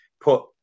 put